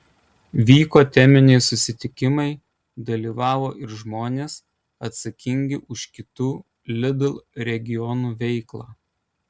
vyko teminiai susitikimai dalyvavo ir žmonės atsakingi už kitų lidl regionų veiklą